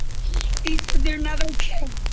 is there no chain.